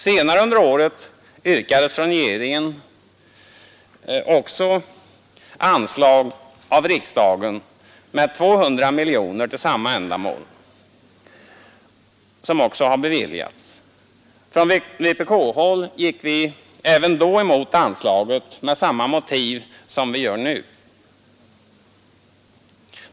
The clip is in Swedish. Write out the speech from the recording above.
Senare under året yrkades från regeringen också anslag av riksdagen med 200 miljoner kronor till samma ändamål, som också har beviljats. Från vpk:s håll gick vi även då emot anslaget med samma motivering som nu.